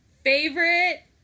Favorite